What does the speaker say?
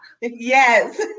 Yes